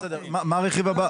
מה הרכיב הבא?